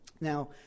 Now